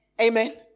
Amen